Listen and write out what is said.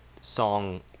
song